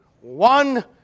One